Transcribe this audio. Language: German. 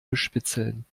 bespitzeln